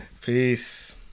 Peace